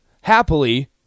happily